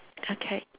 okay